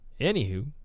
anywho